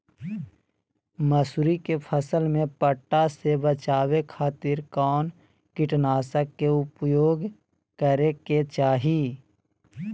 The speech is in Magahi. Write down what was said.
मसूरी के फसल में पट्टा से बचावे खातिर कौन कीटनाशक के उपयोग करे के चाही?